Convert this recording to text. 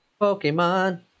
Pokemon